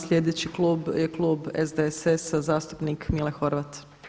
Sljedeći klub je klub SDSS-a zastupnik Mile Horvat.